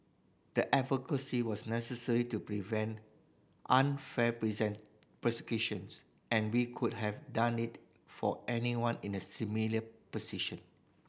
the advocacy was necessary to prevent unfair present persecutions and we could have done it for anyone in a similar position